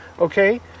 Okay